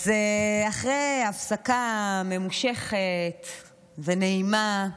אז אחרי הפסקה ממושכת ונעימה,